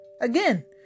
Again